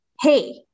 hey